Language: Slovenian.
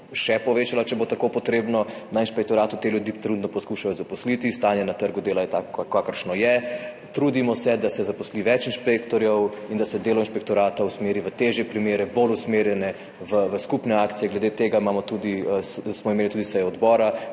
še povečala, če bo tako potrebno. Na inšpektoratu trenutno poskušajo te ljudi zaposliti, stanje na trgu dela je tako, kakršno je, trudimo se, da se zaposli več inšpektorjev in da se delo inšpektorata usmeri v težje primere, bolj usmerjene v skupne akcije. Glede tega smo imeli tudi sejo odbora,